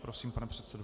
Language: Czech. Prosím, pane předsedo.